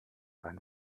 einen